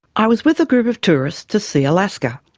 i was with a group of tourists to see alaska.